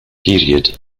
period